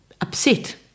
upset